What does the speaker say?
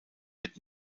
wird